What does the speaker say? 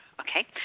okay